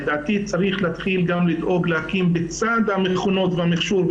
לדעתי צריך להתחיל גם לדאוג בצד המכונות והמכשור,